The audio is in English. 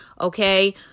okay